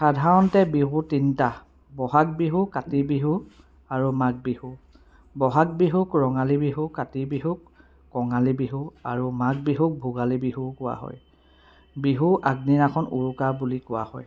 সাধাৰণতে বিহু তিনিটা বহাগ বিহু কাতি বিহু আৰু মাঘ বিহু বহাগ বিহুক ৰঙালী বিহু কাতি বিহুক কঙালী বিহু আৰু মাঘ বিহুক ভোগালী বিহু কোৱা হয় বিহু আগদিনাখন উৰুকা বুলি কোৱা হয়